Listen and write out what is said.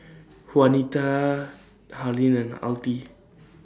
Juanita Harlene and Altie